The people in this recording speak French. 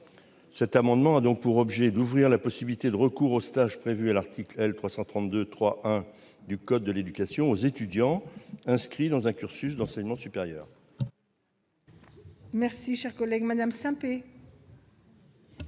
Cet amendement a donc pour objet d'ouvrir la possibilité de recourir aux stages prévus à l'article L. 332-3-1 du code de l'éducation aux étudiants inscrits dans un cursus d'enseignement supérieur.